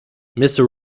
mister